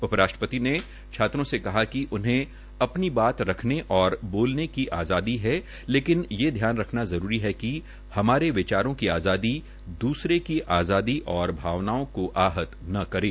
उप राष्ट्रपति ने छात्रों से कहा कि उन्हें अपनी बात रखने और बोलने की आजादी है लेकिन साथ ही ये ध्यान रखना जरूरी है कि हमारे विचारों की आजादी दूसरे की आजादी और भावनाओं को आहत न करें